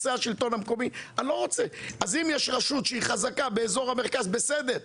אז אם יש רשות חזקה באזור המרכז, בסדר.